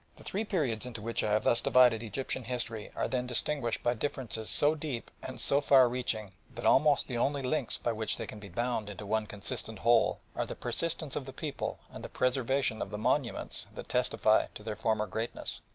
the three periods into which i have thus divided egyptian history are then distinguished by differences so deep and so far-reaching that almost the only links by which they can be bound into one consistent whole are the persistence of the people and the preservation of the monuments that testify to their former greatness.